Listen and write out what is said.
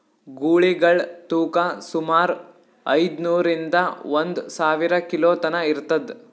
ಗೂಳಿಗಳ್ ತೂಕಾ ಸುಮಾರ್ ಐದ್ನೂರಿಂದಾ ಒಂದ್ ಸಾವಿರ ಕಿಲೋ ತನಾ ಇರ್ತದ್